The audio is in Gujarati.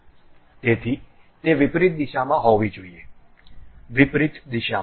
તેથી તે વિપરીત દિશામાં હોવી જોઈએ વિપરીત દિશામાં